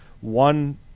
one